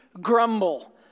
grumble